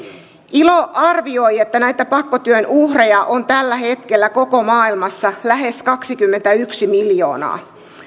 ilo arvioi että näitä pakkotyön uhreja on tällä hetkellä koko maailmassa lähes kaksikymmentäyksi miljoonaa